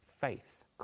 faith